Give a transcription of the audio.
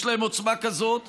יש להם עוצמה כזאת